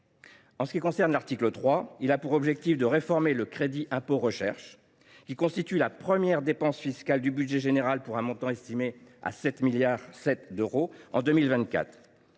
En ce qui concerne l’article 3, il a pour objectif de réformer le crédit d’impôt recherche, qui constitue la première dépense fiscale du budget général, pour un montant estimé à 7,7 milliards d’euros en 2024.